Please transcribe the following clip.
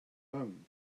home